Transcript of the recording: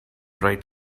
right